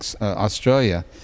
Australia